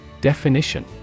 Definition